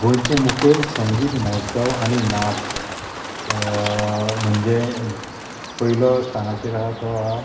गोंयचे मुखेल संगीत म्होत्सव आनी नाच म्हणजे पयलो स्थानाचेर आहा तो